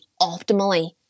optimally